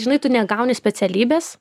žinai tu negauni specialybės